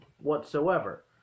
whatsoever